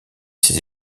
ses